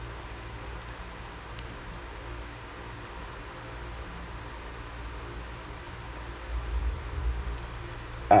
uh